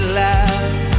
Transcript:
love